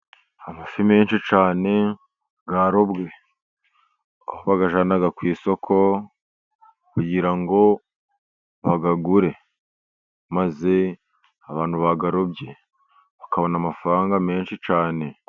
Amafi menshi cyane yarobwe. Aho bayajyana ku isoko kugira ngo bayagure, maze abantu bayarobye bakabona amafaranga menshi cyane.